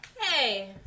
Hey